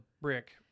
brick